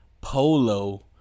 Polo